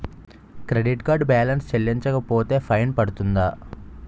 Credit card balance చెల్లించకపోతే fine పడ్తుంద?